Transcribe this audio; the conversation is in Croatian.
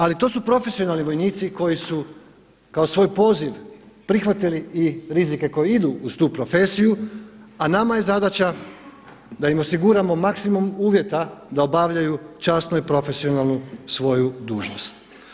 Ali to su profesionalni vojnici koji su kao svoj poziv prihvatili i rizike koji idu uz tu profesiju a nama je zadaća da im osiguramo maksimum uvjeta da obavljaju časno i profesionalno svoju dužnost.